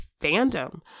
fandom